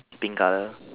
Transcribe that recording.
pink colour